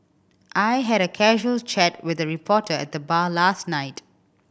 I had a casual chat with a reporter at the bar last night